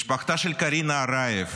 משפחתה של קרינה ארייב